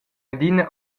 adina